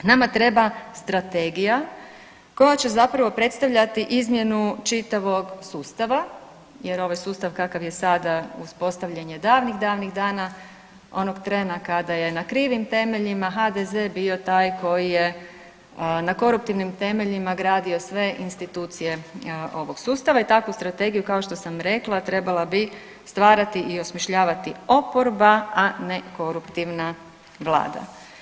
Nama treba strategija koja će zapravo predstavljati izmjenu čitavog sustava jer ovaj sustav kakav je sada uspostavljen je davnih davnih dana, onog trena kada je na krivim temeljima HDZ bio taj koji je na koruptivnim temeljima gradio sve institucije ovog sustava i takvu strategiju kao što sam rekla trebala bi stvarati i osmišljavati oporba, a ne koruptivna vlada.